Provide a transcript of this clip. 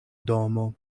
domo